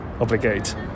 obligate